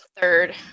third